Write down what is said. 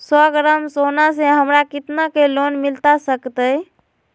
सौ ग्राम सोना से हमरा कितना के लोन मिलता सकतैय?